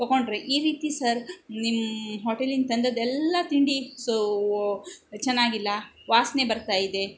ತಗೊಂಡ್ರೆ ಈ ರೀತಿ ಸರ್ ನಿಮ್ಮ ಹೋಟೆಲಿಂದ ತಂದದ್ದೆಲ್ಲಾ ತಿಂಡಿ ಸೋ ಚೆನ್ನಾಗಿಲ್ಲ ವಾಸನೆ ಬರ್ತಾ ಇದೆ